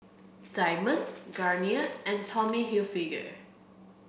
Diamond Garnier and Tommy Hilfiger